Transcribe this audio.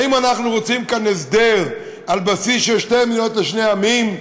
האם אנחנו רוצים כאן הסדר על בסיס שתי מדינות לשני עמים,